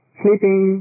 sleeping